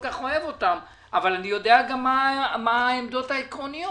כך אוהב אותם אני יודע מהם העמדות העקרוניות.